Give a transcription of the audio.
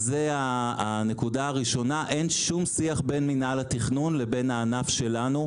אין שום שיח בין מינהל התכנון לבין הענף שלנו.